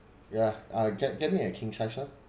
yeah ah get get me a king size lah